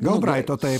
gal braito taip